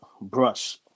Brush